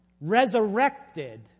resurrected